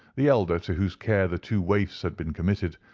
the elder to whose care the two waifs had been committed,